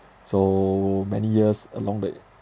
so many years along the